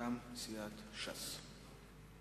מטעם סיעת ש"ס.